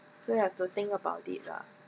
don't have to think about it lah